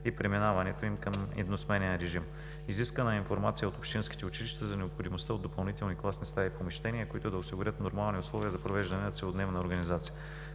и преминаването им към едносменен режим. Изискана е информация от общинските училища за необходимостта от допълнителни класни стаи и помещения, които да осигурят нормални условия за провеждане на целодневна организация.